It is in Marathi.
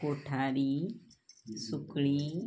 कोठारी सुकळी